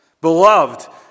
beloved